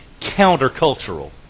countercultural